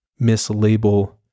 mislabel